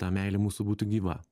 ta meilė mūsų būtų gyva